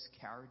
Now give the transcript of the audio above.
carried